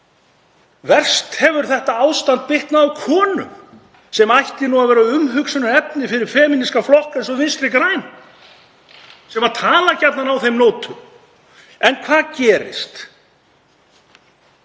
Verst hefur þetta ástand bitnað á konum sem ætti að vera umhugsunarefni fyrir femínískan flokk eins og Vinstri græn sem tala gjarnan á þeim nótum. En hvað gerist?